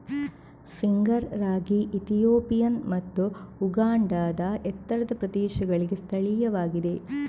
finger ragi Ethiopian ಮತ್ತು ಉಗಾಂಡಾದ ಎತ್ತರದ ಪ್ರದೇಶಗಳಿಗೆ ಸ್ಥಳೀಯವಾಗಿದೆ